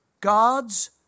God's